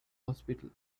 hospital